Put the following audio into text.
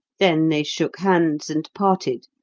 then they shook hands and parted,